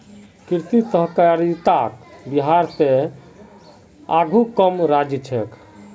कृषि सहकारितात बिहार स आघु कम राज्य छेक